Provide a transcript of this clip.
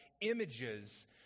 images